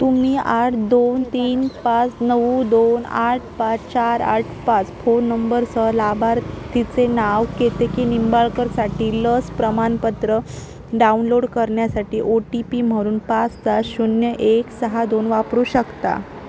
तुम्ही आठ दोन तीन पाच नऊ दोन आठ पाच चार आठ पाच फोन नंबरसह लाभार्थीचे नाव केतकी निंबाळकरसाठी लस प्रमाणपत्र डाउनलोड करण्यासाठी ओ टी पी म्हणून पाच सात शून्य एक सहा दोन वापरू शकता